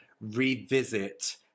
revisit